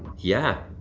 yeah,